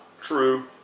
True